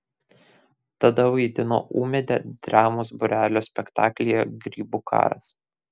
tada vaidino ūmėdę dramos būrelio spektaklyje grybų karas